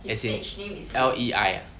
as in lay ah